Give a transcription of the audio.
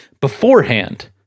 beforehand